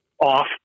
off